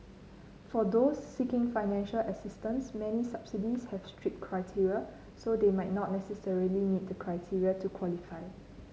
for those seeking financial assistance many subsidies have strict criteria so they might not necessarily meet the criteria to qualify